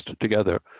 together